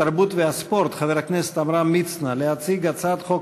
התרבות והספורט חבר הכנסת עמרם מצנע להציג הצעת חוק